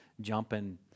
jumping